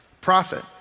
prophet